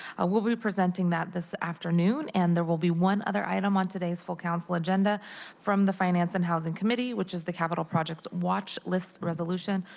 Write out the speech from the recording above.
ah will be presenting that this afternoon, and there will be one other item on today's full council agenda from the finance and housing committee, which is the capital project wash list resolution.